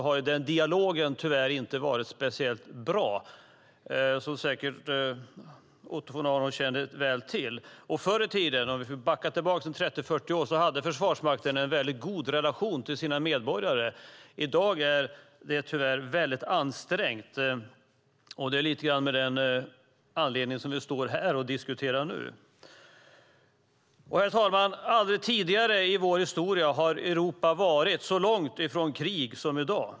Den dialogen har tyvärr inte varit speciellt bra, som säkert Otto von Arnold känner väl till. Förr i tiden, om vi backar tillbaka 30-40 år, hade Försvarsmakten en väldigt god relation till sina medborgare. I dag är det tyvärr väldigt ansträngt. Och det är lite grann av den anledningen som vi nu står här och diskuterar. Herr talman! Aldrig tidigare i vår historia har Europa varit så långt från krig som i dag.